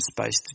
space